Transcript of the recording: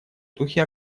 духе